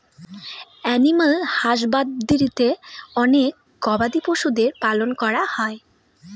animal হাসবাদরীতে অনেক গবাদি পশুদের পালন করা হয়